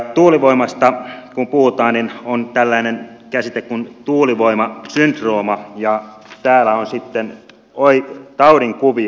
tuulivoimasta kun puhutaan niin on tällainen käsite kuin tuulivoimasyndrooma ja täällä on sitten taudinkuvia